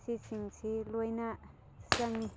ꯁꯤ ꯁꯤꯡꯁꯤ ꯂꯣꯏꯅ ꯆꯪꯉꯤ